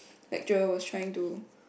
lecturer was trying to